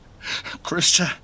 Krista